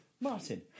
martin